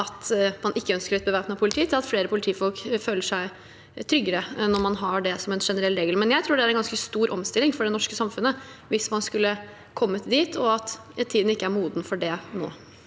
at man ikke ønsker et bevæpnet politi, til at flere politifolk føler seg tryggere når man har det som en generell regel. Jeg tror det er en ganske stor omstilling for det norske samfunnet hvis man skulle ha kommet dit, og at tiden ikke er moden for det nå.